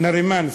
נארימאן.